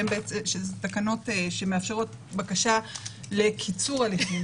שאלה תקנות שמאפשרות בקשה לקיצור הליכים.